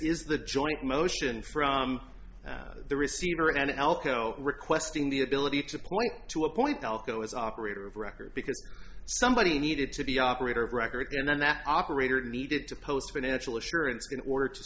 is the joint motion from the receiver and elko requesting the ability to point to a point balco is operator of record because somebody needed to the operator of record and then that operator needed to post financial assurance in order to